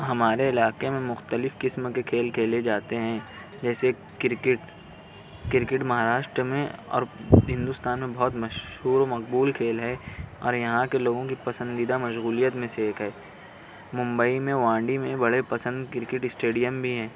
ہمارے علاقے میں مختلف قسم کے کھیل کھیلے جاتے ہیں جیسے کرکٹ کرکٹ مہاراشٹرا میں اور ہندوستان میں بہت مشہور و مقبول کھیل ہے اور یہاں کے لوگوں کی پسندیدہ مشغولیت میں سے ایک ہے ممبئی میں وانڈی میں بڑے پسند کرکٹ اسٹیڈیم بھی ہے